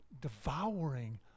devouring